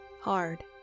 hard